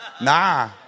Nah